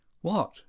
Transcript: What